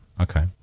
Okay